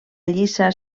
lliça